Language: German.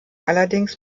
allerdings